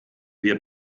wir